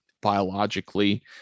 biologically